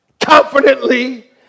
Confidently